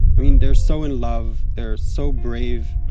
i mean they're so in love, they're so brave,